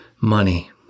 money